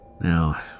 Now